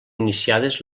iniciades